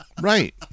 Right